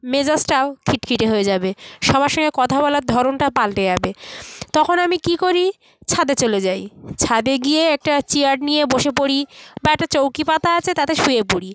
মেজাজটাও খিটখিটে হয়ে যাবে সবার সঙ্গে কথা বলার ধরনটা পালটে যাবে তখন আমি কী করি ছাদে চলে যাই ছাদে গিয়ে একটা চেয়ার নিয়ে বসে পড়ি বা একটা চৌকি পাতা আছে তাতে শুয়ে পড়ি